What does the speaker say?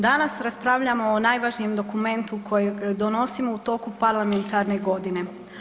Danas raspravljamo o najvažnijem dokumentu kojeg donosimo u toku parlamentarne godine.